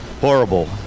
horrible